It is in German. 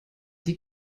die